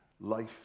life